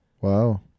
Wow